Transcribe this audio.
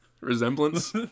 resemblance